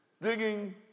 digging